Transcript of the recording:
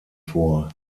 vor